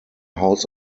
house